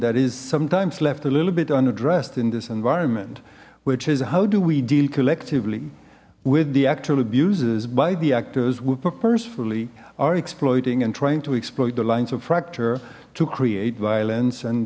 that is sometimes left a little bit unaddressed in this environment which is how do we deal collectively with the actual abuses by the actors will purposefully are exploiting and trying to exploit the lines of fracture to create violence and